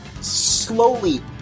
slowly